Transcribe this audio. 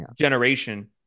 generation